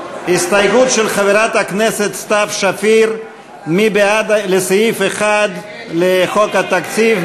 הסתייגות של חברת הכנסת סתיו שפיר לסעיף 1 בחוק התקציב,